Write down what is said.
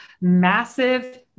massive